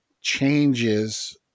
changes